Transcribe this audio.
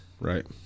Right